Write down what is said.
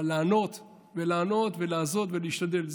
אבל לענות ולענות ולעשות ולהשתדל,